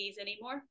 anymore